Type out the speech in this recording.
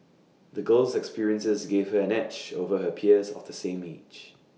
the girl's experiences gave her an edge over her peers of the same age